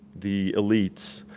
the elites,